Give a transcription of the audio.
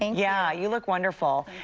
yeah you look wonderful.